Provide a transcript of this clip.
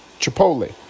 Chipotle